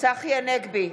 צחי הנגבי,